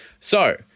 So-